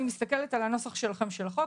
אני מסתכלת על הנוסח שלכם של החוק,